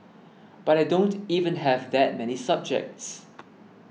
but I don't even have that many subjects